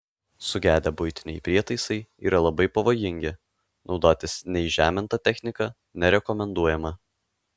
sugedę buitiniai prietaisai yra labai pavojingi naudotis neįžeminta technika nerekomenduojama